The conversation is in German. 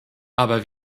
aber